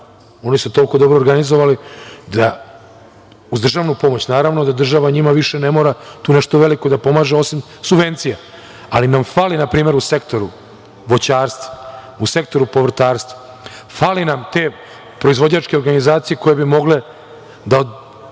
Oni su toliko dobro organizovani da uz državnu pomoć, naravno, da država njima više ne mora tu nešto veliko da pomaže, osim subvencija. Ali, nam fali nrp. u sektoru voćarstva, u sektoru provrtarstva, fale nam te proizvođačke organizacije koje bi mogle da